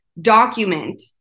document